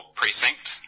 precinct